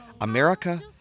America